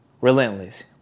relentless